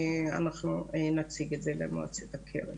אנחנו נציג את זה למועצת הקרן.